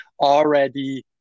already